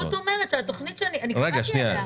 רות אומרת שהתוכנית שאני קראתי עליה,